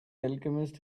alchemist